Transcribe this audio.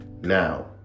Now